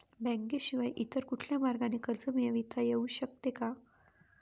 बँकेशिवाय इतर कुठल्या मार्गाने कर्ज मिळविता येऊ शकते का?